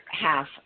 half